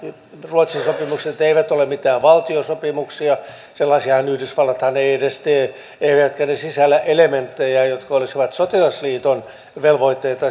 ruotsin sopimukset eivät ole mitään valtiosopimuksia sellaisiahan yhdysvallat ei ei edes tee eivätkä ne sisällä elementtejä jotka olisivat sotilasliiton velvoitteita